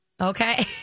Okay